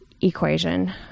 equation